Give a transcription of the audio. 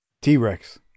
T-Rex